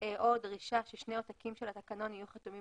או דרישה ששני עותקים של התקנון יהיו חתומים